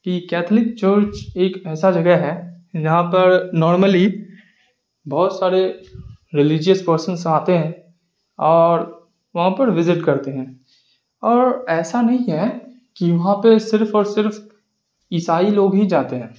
کہ Catholic church ایک ایسا جگہ ہے جہاں پر نارملی بہت سارے ریلیجیس پرسنس آتے ہیں اور وہاں پر وزٹ کرتے ہیں اور ایسا نہیں ہے کہ وہاں پہ صرف اور صرف عیسائی لوگ ہی جاتے ہیں